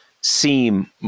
seem